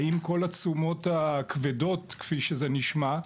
האם כל התשומות הכבדות כפי שזה נשמע,